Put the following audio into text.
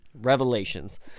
Revelations